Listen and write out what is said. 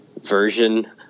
version